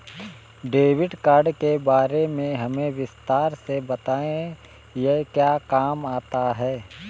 Debit card के बारे में हमें विस्तार से बताएं यह क्या काम आता है?